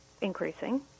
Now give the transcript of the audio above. increasing